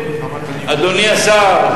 אדוני השר,